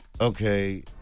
Okay